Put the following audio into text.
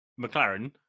McLaren